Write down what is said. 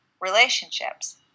relationships